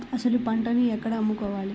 అసలు పంటను ఎక్కడ అమ్ముకోవాలి?